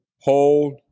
Hold